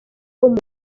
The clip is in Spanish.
común